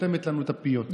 שסותמת לנו את הפיות.